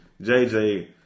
JJ